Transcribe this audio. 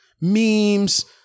memes